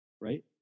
right